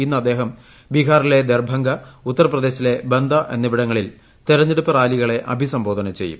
ഇന്ന് അദ്ദേഹം ബീഹാറിലെ ദർഭംഗ ഉത്തർപ്രദേശിലെ ബന്ത എന്നിവിടങ്ങളിൽ തിരഞ്ഞെടുപ്പ് റാലികളെ അഭിസംബോധന ചെയ്യും